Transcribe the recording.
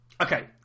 Okay